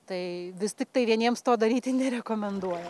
tai vis tiktai vieniems to daryti nerekomenduoja